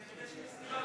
כנראה שיש סיבה.